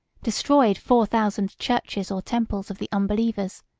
destroyed four thousand churches or temples of the unbelievers,